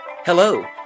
Hello